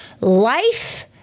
Life